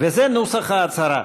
זה נוסח ההצהרה: